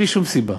בלי שום סיבה.